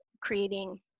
creating